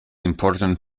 important